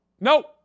nope